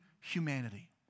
humanity